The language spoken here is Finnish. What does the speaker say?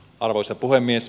arvoisa puhemies